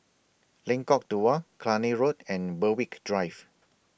Lengkong Dua Cluny Road and Berwick Drive